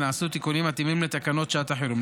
ונעשו תיקונים מתאימים לתקנות שעת החירום.